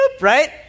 right